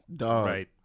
Right